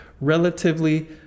relatively